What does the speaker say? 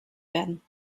werden